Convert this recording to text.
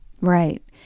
Right